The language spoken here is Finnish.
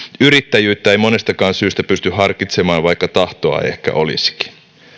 yrittäjyyttä ei monestakaan syystä pysty harkitsemaan vaikka tahtoa ehkä olisikin